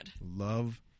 Love